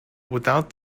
without